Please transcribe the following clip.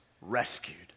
rescued